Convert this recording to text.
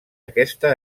aquesta